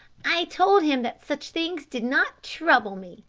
i told him that such things did not trouble me,